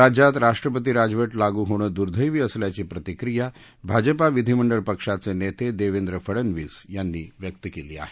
राज्यात राष्ट्रपती राजवट लागू होणं दुदैंवी असल्याची प्रतिक्रिया भाजपा विधीमंडळ पक्षाचे नेते देवेंद्र फडनवीस यांनी व्यक्त केली आहे